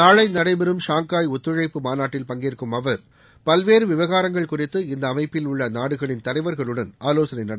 நாளை நடைபெறும் ஷாங்காய் ஒத்துழைப்பு மாநாட்டில் பங்கேற்கும் அவர் பல்வேறு விவகாரங்கள் குறித்து இந்த அமைப்பில் உள்ள நாடுகளின் தலைவர்களுடன் ஆலோசனை நடத்துகிறார்